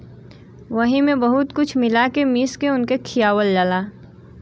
वही मे बहुत कुछ मिला के मीस के उनके खियावल जाला